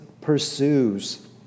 pursues